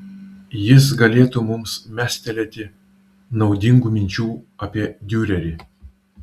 jis galėtų mums mestelėti naudingų minčių apie diurerį